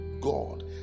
God